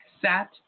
sat